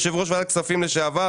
יושב ראש ועדת הכספים לשעבר,